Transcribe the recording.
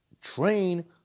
train